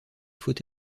faut